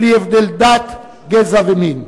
בלי הבדל דת, גזע ומין",